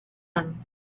them